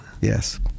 Yes